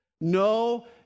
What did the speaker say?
no